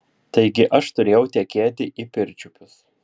taigi aš turėjau tekėti į pirčiupius